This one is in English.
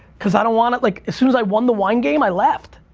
cause i don't wanna like as soon as i won the wine game, i left.